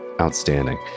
outstanding